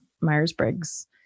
Myers-Briggs